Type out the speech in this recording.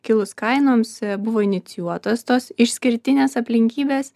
kilus kainoms buvo inicijuotos tos išskirtinės aplinkybės